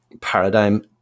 paradigm